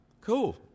cool